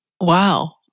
Wow